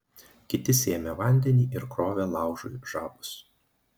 kiti sėmė vandenį ir krovė laužui žabus